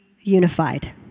unified